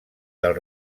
del